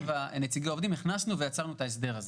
ונציגי העובדים ייצרנו את ההסדר הזה.